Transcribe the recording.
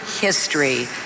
history